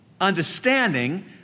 understanding